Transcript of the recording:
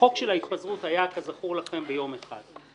והחוק של ההתפזרות היה כזכור לכם ביום אחד.